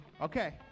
Okay